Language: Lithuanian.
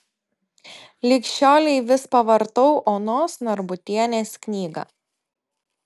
lig šiolei vis pavartau onos narbutienės knygą